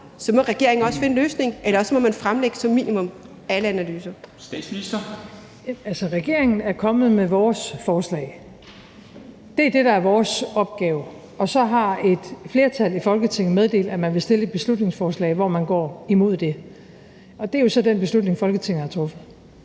Statsministeren. Kl. 00:22 Statsministeren (Mette Frederiksen): Altså, regeringen er kommet med vores forslag. Det er det, der er vores opgave. Og så har et flertal i Folketinget meddelt, at man vil fremsætte et beslutningsforslag, hvor man går imod det. Og det er jo så den beslutning, Folketinget har truffet.